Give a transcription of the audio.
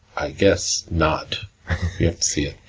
i guess, not. you have to see it.